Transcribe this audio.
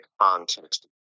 context